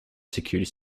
security